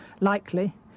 likely